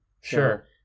sure